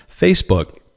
Facebook